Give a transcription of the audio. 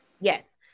Yes